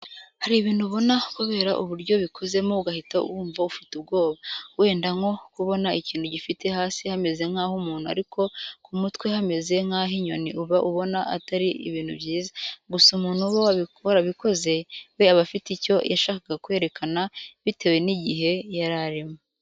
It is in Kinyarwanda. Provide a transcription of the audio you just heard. Hari ibintu ubona kubera uburyo bikozemo ugahita wumva ufite ubwoba, wenda nko kubona ikintu gifite hasi hameze nk'ah'umuntu ariko ku mutwe hameze nk'ah'inyoni uba ubona atari ibintu byiza. Gusa umuntu uba warabikoze we aba afite icyo yashakaga kwerekana bitewe n'igihe yari arimo.